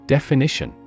Definition